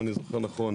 אם אני זוכר נכון.